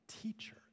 teacher